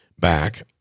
back